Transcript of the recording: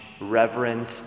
reverence